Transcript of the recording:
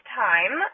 time